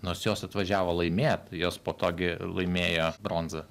nors jos atvažiavo laimėt jos po to gi laimėjo bronzą